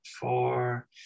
four